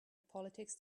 politics